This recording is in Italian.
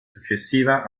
successiva